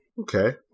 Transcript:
Okay